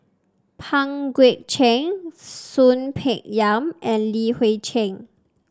Pang Guek Cheng Soon Peng Yam and Li Hui Cheng